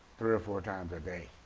three or four times a